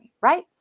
right